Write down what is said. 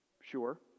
Sure